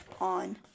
on